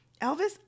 Elvis